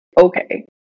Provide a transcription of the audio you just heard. okay